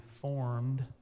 formed